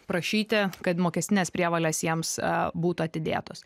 prašyti kad mokestinės prievolės jiems būtų atidėtos